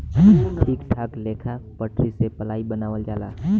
ठीक ठाक लेखा पटरी से पलाइ बनावल जाला